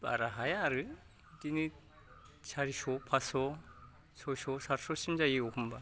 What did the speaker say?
बारा हाया आरो बिदिनो चारिश' फासश' चयश' सातश' सिम जायो एखनब्ला